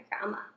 grandma